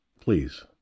Please